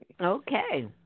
Okay